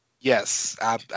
Yes